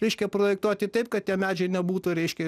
reiškia projektuoti taip kad tie medžiai nebūtų reiškia